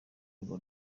urwo